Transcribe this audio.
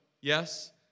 yes